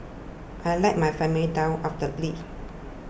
I let my family down utterly